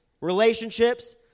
relationships